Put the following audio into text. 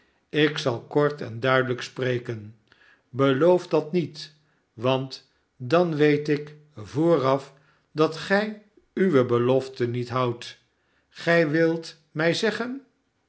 ik zal kort en duidelijk spreken beloof dat nietj want dan weet ik vooraf dat gij uwe belofte niet houdt gij wilt mij zeggen